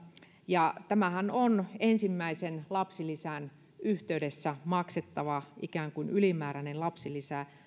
ja tämähän on ensimmäisen lapsilisän yhteydessä maksettava ikään kuin ylimääräinen lapsilisä